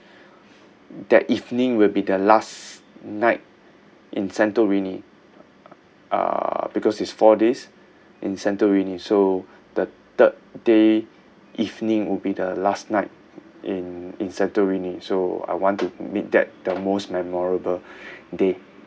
that evening will be the last night in santorini uh because it's four days in santorini so the third day evening would be the last night in in santorini so I want to meet that the most memorable day